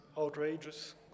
outrageous